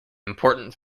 important